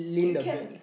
you can